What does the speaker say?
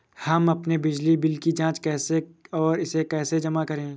हम अपने बिजली बिल की जाँच कैसे और इसे कैसे जमा करें?